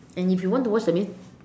and if you want to watch that means